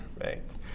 Right